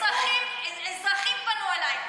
אזרחים פנו אליי,